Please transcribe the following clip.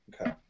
Okay